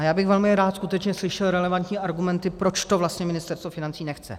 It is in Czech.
Já bych velmi rád skutečně slyšel relevantní argumenty, proč to vlastně Ministerstvo financí nechce.